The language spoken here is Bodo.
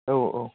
औ औ